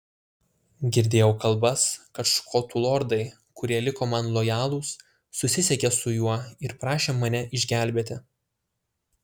girdėjau kalbas kad škotų lordai kurie liko man lojalūs susisiekė su juo ir prašė mane išgelbėti